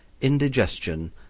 indigestion